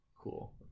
cool